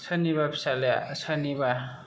सोरनिबा फिसाज्लाया सोरनिबा